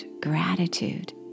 gratitude